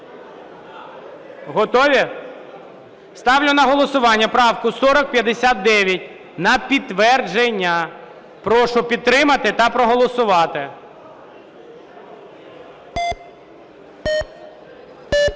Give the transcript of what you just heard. Готові? Ставлю на голосування правку 4059 на підтвердження. Прошу підтримати та проголосувати.